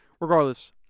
regardless